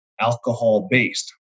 alcohol-based